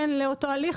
לאותו הליך.